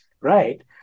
right